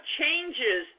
changes